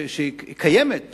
שקיימת,